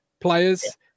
players